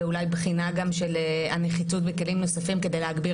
ואולי בחינה גם של הנחיצות בכלים נוספים כדי להגביר